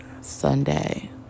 Sunday